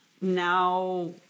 Now